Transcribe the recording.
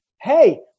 Hey